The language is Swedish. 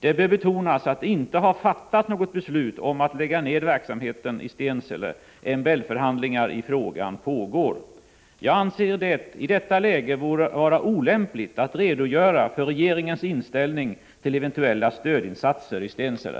Det bör betonas att det inte har fattats något beslut om att lägga ned verksamheten i Stensele. MBL-förhandlingar i frågan pågår. Jag anser det i detta läge vara olämpligt att redogöra för regeringens inställning till eventuella stödinsatser i Stensele.